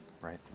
Right